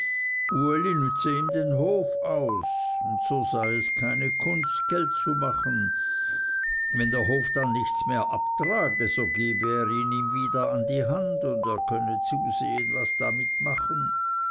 den hof aus und so sei es keine kunst geld zu machen wenn der hof dann nichts mehr abtrage so gebe er ihn ihm wieder an die hand und er könne zusehen was damit machen